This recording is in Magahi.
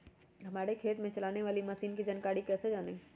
हमारे खेत में चलाने वाली मशीन की जानकारी कैसे जाने?